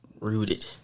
Rooted